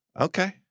Okay